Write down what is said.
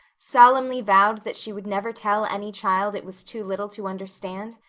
solemnly vowed that she would never tell any child it was too little to understand?